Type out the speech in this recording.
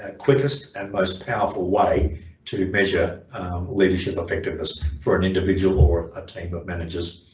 ah quickest and most powerful way to measure leadership effectiveness for an individual or a team of managers